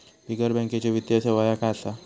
बिगर बँकेची वित्तीय सेवा ह्या काय असा?